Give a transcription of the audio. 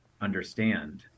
understand